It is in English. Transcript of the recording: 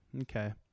okay